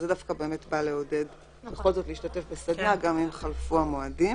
זה דווקא בא לעודד בכל זאת להשתתף בסדנה גם אם חלפו המועדים.